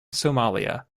somalia